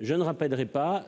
je ne rappellerai pas.